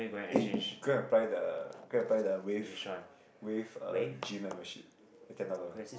eh go apply the go apply the wave wave uh gym membership the ten dollar one